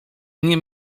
nie